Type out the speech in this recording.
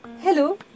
Hello